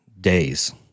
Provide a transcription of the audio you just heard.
days